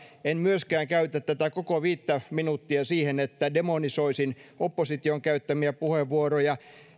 en myöskään käytä tätä koko viittä minuuttia siihen että demonisoisin opposition käyttämiä puheenvuoroja